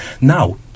Now